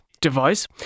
device